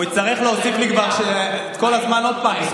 הוא יצטרך להוסיף לי את כל הזמן עוד פעם.